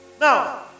now